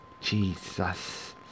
Jesus